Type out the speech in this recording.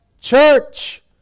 church